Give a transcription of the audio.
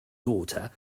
daughter